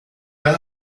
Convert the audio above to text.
men